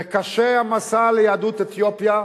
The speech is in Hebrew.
וקשה המסע ליהדות אתיופיה,